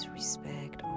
respect